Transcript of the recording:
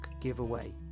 giveaway